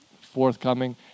forthcoming